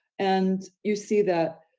and you see that,